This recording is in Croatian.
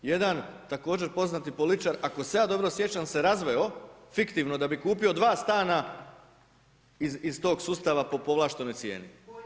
Jedan također poznati političar ako se ja dobro sjećam se razveo fiktivno da bi kupio dva stana iz tog sustava po povlaštenoj cijeni.